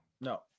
No